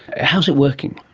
how is it working?